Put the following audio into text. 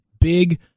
Big